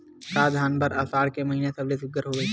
का धान बर आषाढ़ के महिना सबले सुघ्घर हवय?